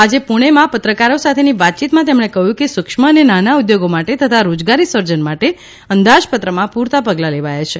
આજે પૂણેમાં પત્રકારો સાથેની વાતયીતમાં તેમણે કહ્યું કે સૂક્ષ્મ અને નાના ઉદ્યોગો માટે તથા રોજગારી સર્જન માટે અંદાજપત્રમાં પૂરતાં પગલાં લેવાયાં છે